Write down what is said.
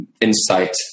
insight